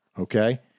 okay